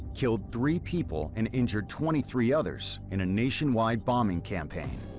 killed three people and injured twenty three others in a nationwide bombing campaign.